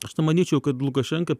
aš tai manyčiau kad lukašenka